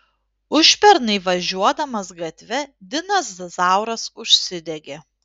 užpernai važiuodamas gatve dinas zauras užsidegė